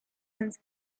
since